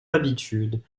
l’habitude